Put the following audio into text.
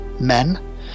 men